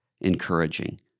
encouraging